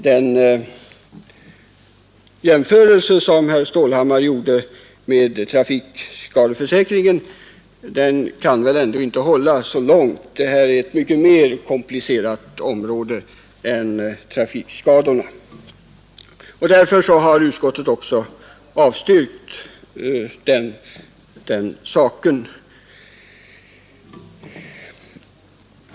Den jämförelse som herr Stålhammar gjorde med trafikskadeförsäkringen kan väl ändå inte hålla så långt — det här är ett mycket mer komplicerat område än trafikskadorna. Därför har utskottet också avstyrkt det förslaget.